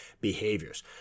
behaviors